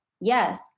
yes